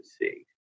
see